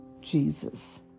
Jesus